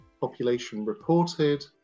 population-reported